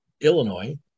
Illinois